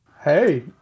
Hey